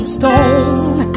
stone